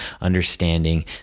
understanding